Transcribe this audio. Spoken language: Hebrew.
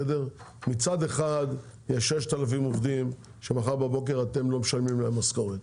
מצד אחד יש כ-6,000 עובדים שמחר בבוקר אתם לא משלמים להם משכורת,